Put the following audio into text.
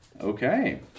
Okay